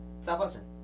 Southwestern